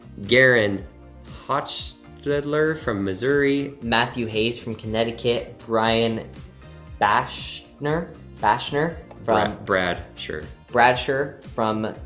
garen hodgstridler from missouri. matthew hayes from connecticut, brian baschner baschner from bradshire. bradshire from